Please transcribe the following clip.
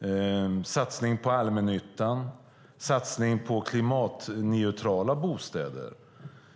Man skulle kunna satsa på allmännyttan och klimatneutrala bostäder.